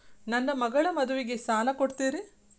ನನ್ನ ಮಗಳ ಮದುವಿಗೆ ಸಾಲ ಕೊಡ್ತೇರಿ?